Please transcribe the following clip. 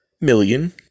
million